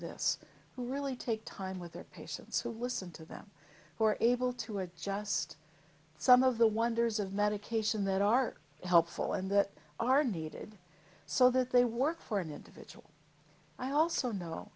who really take time with their patients who listen to them who are able to adjust some of the wonders of medication that are helpful and that are needed so that they work for an individual i also know